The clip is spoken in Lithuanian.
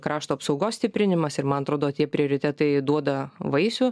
krašto apsaugos stiprinimas ir man atrodo tie prioritetai duoda vaisių